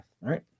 right